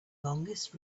longest